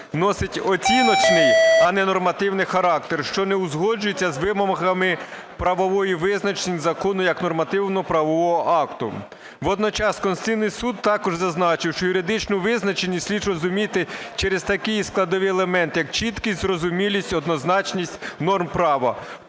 носить оціночний, а не нормативний характер, що не узгоджується з вимогами правового визначення закону як нормативно-правового акту. Водночас Конституційний Суд також зазначив, що юридичну визначеність слід розуміти через такі складові елементи як чіткість, зрозумілість, однозначність норм права,